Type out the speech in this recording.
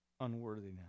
unworthiness